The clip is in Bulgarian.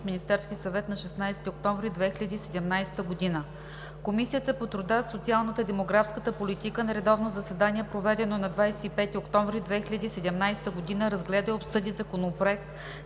Министерския съвет на 16 октомври 2017 г. Комисията по труда, социалната и демографската политика на редовно заседание, проведено на 25 октомври 2017 г., разгледа и обсъди Законопроект